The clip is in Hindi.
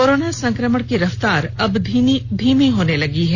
कोरोना संक्रमण की रफ्तार अब धीमी होने लगी है